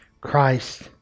Christ